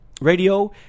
Radio